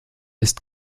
ist